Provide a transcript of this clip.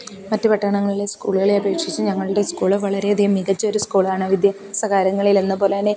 മറ്റു പട്ടണങ്ങളിലെ സ്കൂളുകളെ അപേക്ഷിച്ചു ഞങ്ങളുടെ സ്കൂള് വളരെ അധികം മികച്ച ഒരു സ്ക്കൂളാണ് വിദ്യാഭ്യാസ കാര്യങ്ങളിൽ എന്ന പോലെ തന്നെ